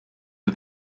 are